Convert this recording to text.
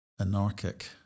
anarchic